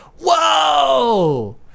Whoa